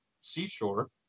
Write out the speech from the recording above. seashore